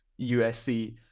USC